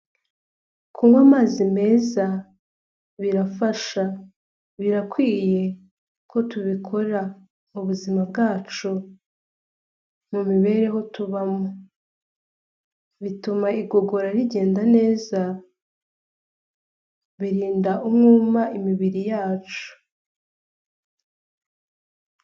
Kunywa amazi meza, birafasha. Birakwiye ko tubikora mu buzima bwacu, mu mibereho tubamo. Bituma igogora rigenda, birinda umwuma imibiri yacu.